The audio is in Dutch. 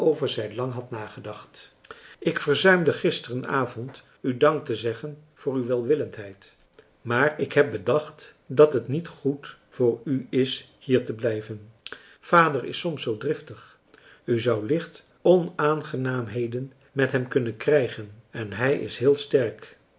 waarover zij lang had nagedacht ik verzuimde gisteren avond u danktezeggen voor uw welwillendheid maar ik heb bedacht dat het niet goed voor u is hier te blijven vader is soms zoo driftig u zou licht onaangenaamheden met hem kunnen krijgen en hij is heel sterk